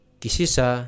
kisisa